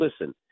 listen